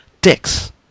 dicks